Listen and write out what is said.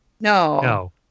No